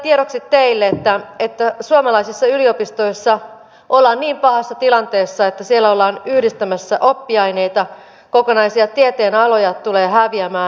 ihan tiedoksi teille että suomalaisissa yliopistoissa ollaan niin pahassa tilanteessa että siellä ollaan yhdistämässä oppiaineita kokonaisia tieteenaloja tulee häviämään